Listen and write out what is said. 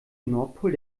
nordpol